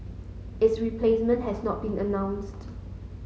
its replacement has not been announced